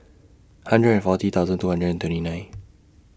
hundred and forty thousand two hundred and twenty nine